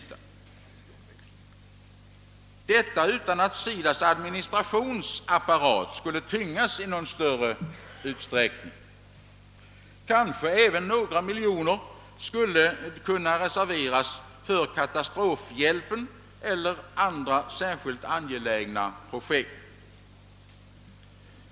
Detta skulle kunna ske utan att SIDA:s administrationsapparat skulle tyngas i någon större utsträckning. Måhända skulle även några miljoner kunna reserveras för katastrofhjälp eller andra särskilt angelägna projekt.